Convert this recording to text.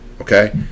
okay